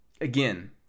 Again